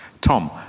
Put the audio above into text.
Tom